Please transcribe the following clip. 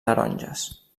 taronges